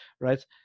Right